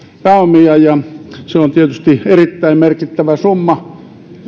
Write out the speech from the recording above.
pääomia ja se on tietysti erittäin merkittävä summa